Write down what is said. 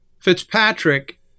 Fitzpatrick